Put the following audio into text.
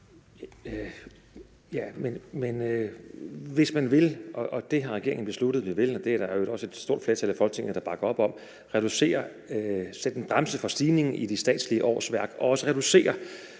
Men hvis man vil – og det har regeringen besluttet at vi vil, og det er der i øvrigt også et stort flertal i Folketinget der bakker op om – reducere og sætte en bremse for stigningen i de statslige årsværk og også reducere